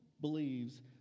believes